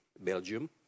Belgium